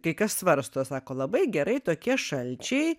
kai kas svarsto sako labai gerai tokie šalčiai